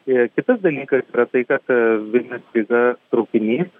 a kitas dalykas yra tai kad a vilnius ryga traukinys